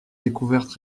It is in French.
découvertes